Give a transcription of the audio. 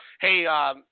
hey –